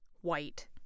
white